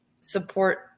support